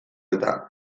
eta